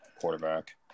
quarterback